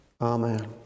Amen